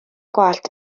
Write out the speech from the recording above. gwallt